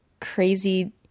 crazy